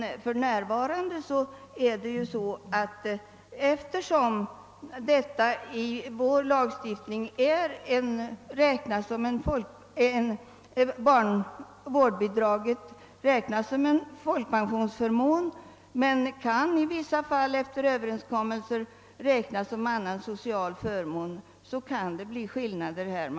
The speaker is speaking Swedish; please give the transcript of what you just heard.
Eftersom vårdbidraget för närvarande i vår lagstiftning räknas som en folkpensionsförmån men i vissa fall efter överenskommelser kan räknas som annan social förmån kan det uppstå skillnader i behandlingen.